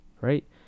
right